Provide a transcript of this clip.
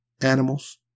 animals